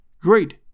Great